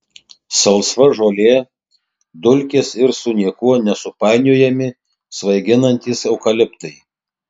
salsva žolė dulkės ir su niekuo nesupainiojami svaiginantys eukaliptai